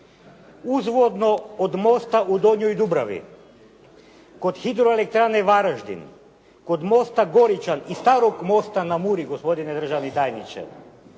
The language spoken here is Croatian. Uzvodno od mosta u Donjoj Dubravi kod hidroelektrane Varaždin, kod mosta Goričan i Starog mosta na Muri gospodine državni tajniče